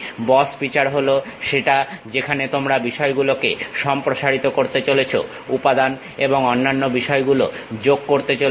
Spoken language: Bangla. বস ফিচার হল সেটা যেখানে তোমরা বিষয়গুলো সম্প্রসারিত করতে চলেছো উপাদান এবং অন্যান্য বিষয়গুলো যোগ করতে চলেছো